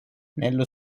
nello